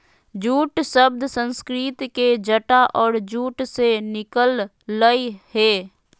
jute शब्द संस्कृत के जटा और जूट से निकल लय हें